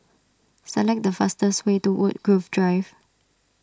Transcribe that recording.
select the fastest way to Woodgrove Drive